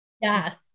Yes